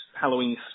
Halloween